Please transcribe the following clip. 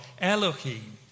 Elohim